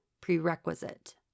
prerequisite